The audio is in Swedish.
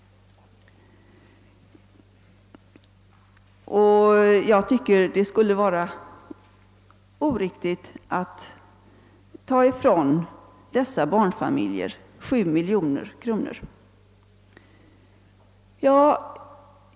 Jag tycker att det skulle vara oriktigt att ta ifrån dessa familjer cirka 7 miljoner kronor per år.